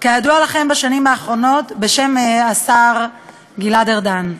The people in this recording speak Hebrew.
בשם השר גלעד ארדן.